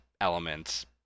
elements